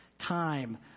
time